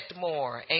more